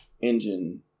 engine